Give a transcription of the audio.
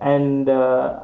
and the